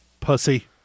Pussy